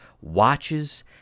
watches